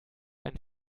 ein